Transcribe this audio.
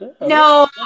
No